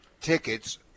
tickets